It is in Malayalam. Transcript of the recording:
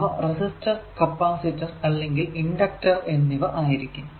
അവ റെസിസ്റ്റർ കപ്പാസിറ്റർ അല്ലെങ്കിൽ ഇണ്ടക്ടർ എന്നിവ ആയിരിക്കും